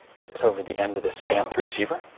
fits over the end of this stamped receiver.